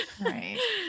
Right